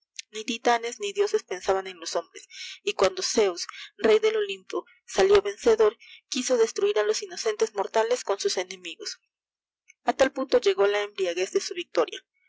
ni titanes ni dioses pensaban en los hombrea y cuando zeds rey del olimpo lió vencedor quiso destruir a los inocentes mortales con iu enemigos á tal punto llegó la embriaguez delú victoria